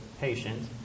patient